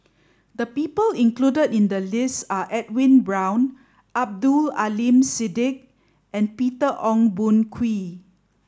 the people included in the list are Edwin Brown Abdul Aleem Siddique and Peter Ong Boon Kwee